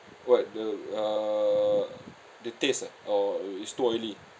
what the err the taste ah or it's too oily